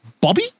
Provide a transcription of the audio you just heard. Bobby